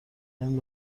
این